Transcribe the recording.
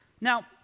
Now